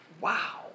Wow